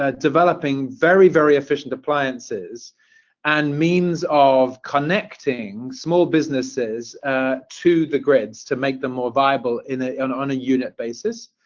ah developing very, very efficient appliances and means of connecting small businesses to the grids to make them more viable ah and on a unit basis.